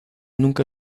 nunca